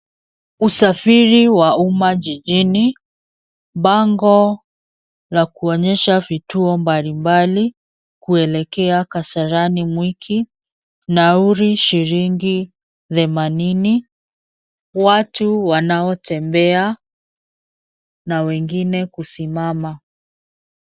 Usafiri wa umma jijini. Bango la kuonyesha vituo mbalimbali kuelekea Kasarani Mwiki ,nauli shilingi themanini. Watu wanaotembea na wengine kusimama.